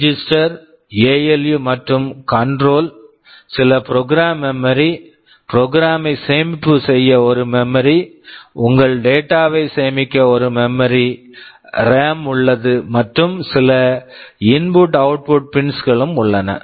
register register ALU ALU மற்றும் control control சில program memory program memory program program ஐ சேமிப்பு செய்ய ஒரு மெமரி memory உங்கள் டேட்டா data வை சேமிக்க ஒரு மெமரி memory ரேம்RAMஉள்ளது மற்றும் சில input output pins input output pins களும் உள்ளன